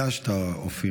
ריגשת, אופיר.